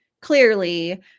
clearly